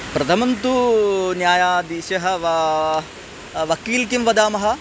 प्रथमं तु न्यायाधीशः वा वकील् किं वदामः